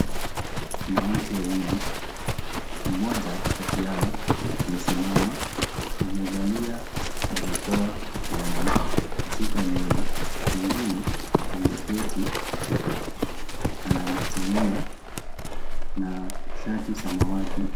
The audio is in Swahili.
Kuna watu wawili mmoja kati yao amesimama, amevalia barakoa puani, suka nywele mwengine ameketi ana macho nne na shati samawati.